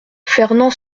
fernand